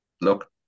look